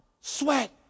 sweat